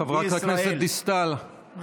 חברת הכנסת דיסטל,